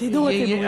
השידור הציבורי.